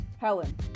Helen